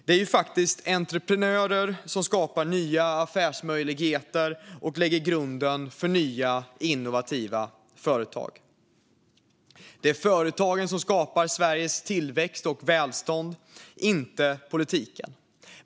Det är faktiskt entreprenörer som skapar nya affärsmöjligheter och lägger grunden för nya innovativa företag. Det är företagen som skapar Sveriges tillväxt och välstånd, inte politiken.